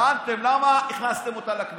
למה הכנסתם אותה לכנסת?